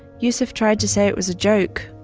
yusuf tried to say it was joke.